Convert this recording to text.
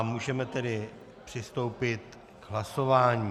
Můžeme tedy přistoupit k hlasování.